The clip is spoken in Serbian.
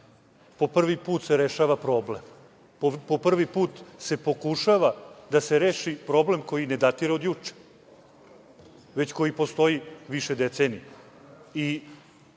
po prvi put se rešava problem, po prvi put se pokušava da se reši problem koji ne datira od juče, već koji postoji više decenija.